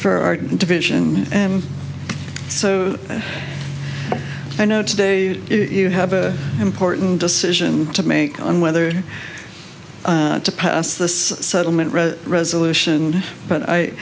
for our division and so i know today that if you have an important decision to make on whether to pass this settlement resolution but i